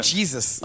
Jesus